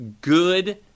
good